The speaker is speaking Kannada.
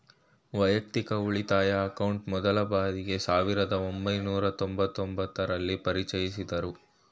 ವೈಯಕ್ತಿಕ ಉಳಿತಾಯ ಅಕೌಂಟ್ ಮೊದ್ಲ ಬಾರಿಗೆ ಸಾವಿರದ ಒಂಬೈನೂರ ತೊಂಬತ್ತು ಒಂಬತ್ತು ರಲ್ಲಿ ಪರಿಚಯಿಸಿದ್ದ್ರು